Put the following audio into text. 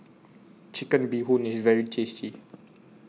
Chicken Bee Hoon IS very tasty